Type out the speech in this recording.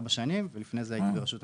ארבע שנים ולפני כן הייתי ברשות המיסים.